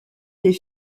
des